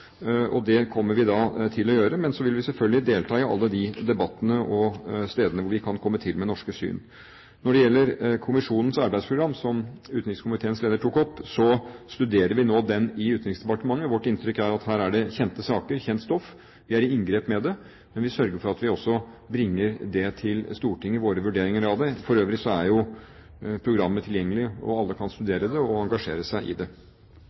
Det kommer vi da til å gjøre, men så vil vi selvfølgelig delta i alle de debattene og de stedene hvor vi kan komme til med norske syn. Når det gjelder kommisjonens arbeidsprogram, som utenrikskomiteens leder tok opp, studerer vi nå den i Utenriksdepartementet. Vårt inntrykk er at dette er kjente saker, kjent stoff. Vi er i inngrep med det, men vi vil sørge for at vi også bringer våre vurderinger av det til Stortinget. For øvrig er jo programmet tilgjengelig, og alle kan studere det og engasjere seg i det.